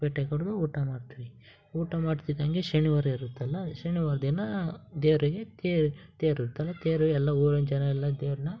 ಬೇಟೆ ಕಡಿದು ಊಟ ಮಾಡ್ತೀವಿ ಊಟ ಮಾಡ್ತಿದ್ದಂಗೆ ಶನಿವಾರ ಇರುತ್ತಲ್ಲ ಶನಿವಾರ ದಿನ ದೇವರಿಗೆ ತೇರು ಇರುತ್ತದೆ ತೇರು ಎಲ್ಲ ಊರಿನ ಜನ ಎಲ್ಲ ದೇವ್ರನ್ನ